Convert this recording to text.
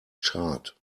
chart